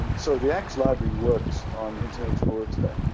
so the axe library works on internet explorer today.